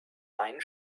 einen